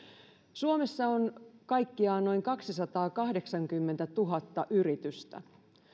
suomessa on kaikkiaan noin kaksisataakahdeksankymmentätuhatta yritystä